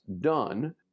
done